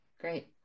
great